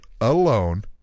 alone